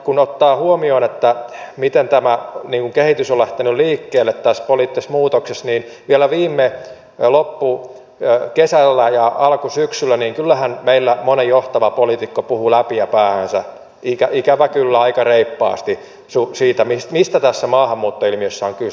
kun ottaa huomioon miten tämä kehitys on lähtenyt liikkeelle tässä poliittisessa muutoksessa niin kyllähän vielä viime loppukesällä ja alkusyksyllä meillä moni johtava poliitikko puhui läpiä päähänsä ikävä kyllä aika reippaasti siitä mistä tässä maahanmuuttoilmiössä on kyse